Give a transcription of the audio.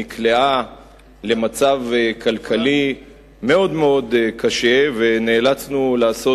נקלעה למצב כלכלי מאוד מאוד קשה ונאלצנו לעשות